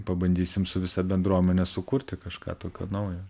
pabandysim su visa bendruomene sukurti kažką tokio naujo